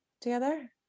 together